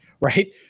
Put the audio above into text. right